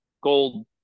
gold